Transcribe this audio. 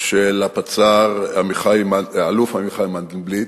של האלוף המכהן מנדלבליט.